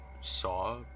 saw